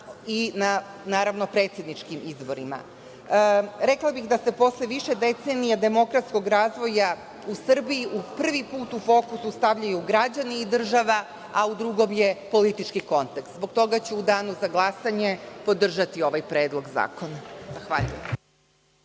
i na predsedničkim izborima. Rekla bih da se posle više decenija demokratskog razvoja u Srbiji prvi put u fokus stavljaju građani i državu, a u drugom je politički kontekst. Zbog toga ću u danu za glasanje podržati ovaj Predlog zakona.